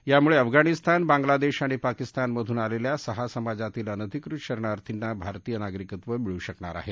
यामुळे अफगाणिस्तान बांगलादेश आणि पाकिस्तानमधून आलेल्या सहा समाजातील अनधिकृत शरणार्थींना भारतीय नागरिकत्व मिळू शकणार आहे